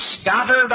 scattered